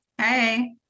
hey